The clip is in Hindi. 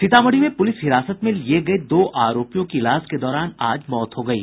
सीतामढ़ी में पुलिस हिरासत में लिये गये दो आरोपियों की इलाज के दौरान मौत हो गयी